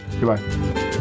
goodbye